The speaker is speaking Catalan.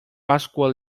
pasqua